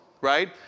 right